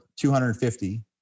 250